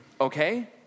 okay